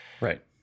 Right